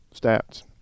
stats